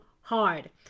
hard